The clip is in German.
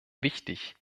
wichtig